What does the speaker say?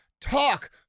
talk